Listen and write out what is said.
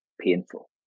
painful